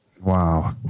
Wow